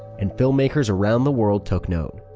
and filmmakers around the world took note.